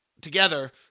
together